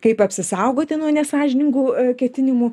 kaip apsisaugoti nuo nesąžiningų ketinimų